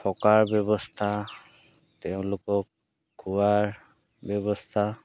থকাৰ ব্যৱস্থা তেওঁলোকক খোৱাৰ ব্যৱস্থা